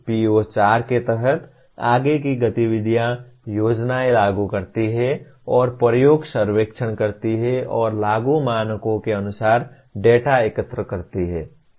PO4 के तहत आगे की गतिविधियाँ योजनाएँ लागू करती हैं और प्रयोग सर्वेक्षण करती हैं और लागू मानकों के अनुसार डेटा एकत्र करती हैं